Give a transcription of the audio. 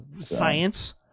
science